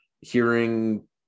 hearing